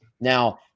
Now